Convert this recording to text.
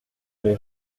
les